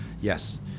Yes